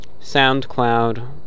SoundCloud